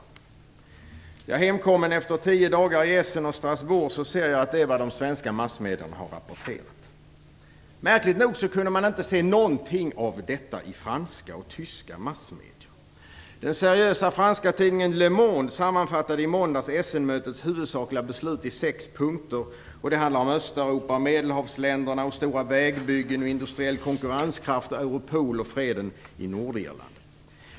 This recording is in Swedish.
Hemkommen efter tio dagar i Essen och Strassbourg ser jag att detta är vad de svenska massmedierna har rapporterat. Märkligt nog kunde man inte se någonting av detta i franska och tyska massmedier. Den seriösa franska tidningen Le Monde sammanfattade i måndags Essenmötets huvudsakliga beslut i sex punkter. Det handlade om Östeuropa, Medelhavsländerna, stora vägbyggen, industriell konkurrenskraft, Europol och freden i Nordirland.